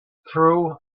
through